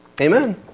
amen